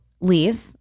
leave